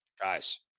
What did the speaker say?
Guys